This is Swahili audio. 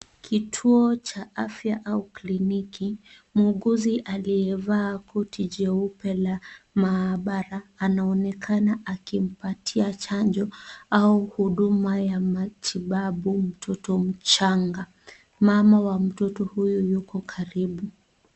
Kituo cha afya au kliniki. Muuguzi aliyevaa koti jeupe la maabara, anaonekana akimpatia chanjo au huduma ya matibabu mtoto mchanga. Mama wa mtoto huyu yuko karibu.